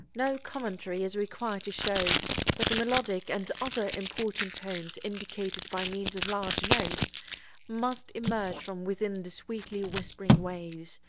no commentary is required to show that the melodic and other important tones indicated by means of large notes must emerge from within the sweetly whispering waves,